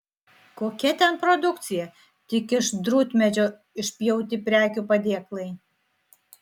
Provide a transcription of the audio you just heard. kokia ten produkcija tik iš drūtmedžio išpjauti prekių padėklai